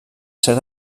ser